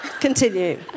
Continue